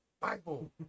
Bible